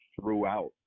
throughout